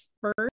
first